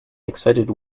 excited